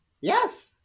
Yes